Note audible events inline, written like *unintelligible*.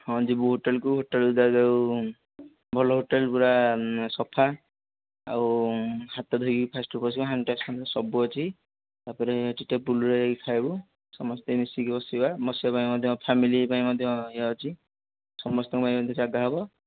ହଁ ଯିବୁ ହୋଟେଲ୍କୁ ହୋଟେଲ୍ ଯାଉ ଯାଉ ଭଲ ହୋଟେଲ୍ ପୁରା ସଫା ଆଉ ହାତ ଧୋଇକି ପଶିବ ହାଣ୍ଡ ୱାସ୍ *unintelligible* ସବୁ ଅଛି ତା'ପରେ ଟେବୁଲ୍ରେ ଯାଇକି ଖାଇବୁ ସମସ୍ତେ ମିଶିକି ବସିବା ବସିବା ପାଇଁ ମଧ୍ୟ ଫ୍ୟାମିଲି ପାଇଁ ମଧ୍ୟ ଅଛି ସମସ୍ତକୁ ପାଇଁ ମଧ୍ୟ ଜାଗା ହେବ